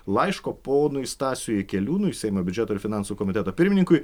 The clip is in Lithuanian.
laiško ponui stasiui jakeliūnui seimo biudžeto ir finansų komiteto pirmininkui